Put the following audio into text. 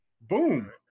Boom